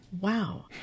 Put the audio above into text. Wow